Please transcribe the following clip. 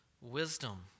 wisdom